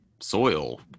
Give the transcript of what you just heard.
soil